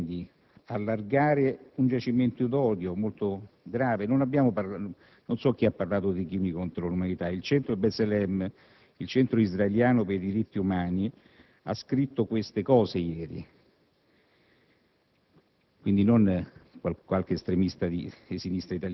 L'uccisione di bambini, di innocenti, può solo provocare nuovi incendi, allargare un giacimento d'odio molto grave. Qualcuno ha parlato di crimini contro l'umanità; il centro Btselem, il centro israeliano per i diritti umani, ha scritto queste cose ieri,